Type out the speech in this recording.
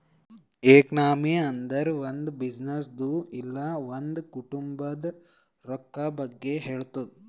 economy ಅಂದುರ್ ಒಂದ್ ಬಿಸಿನ್ನೆಸ್ದು ಇಲ್ಲ ಒಂದ್ ಕುಟುಂಬಾದ್ ರೊಕ್ಕಾ ಬಗ್ಗೆ ಹೇಳ್ತುದ್